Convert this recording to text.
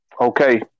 Okay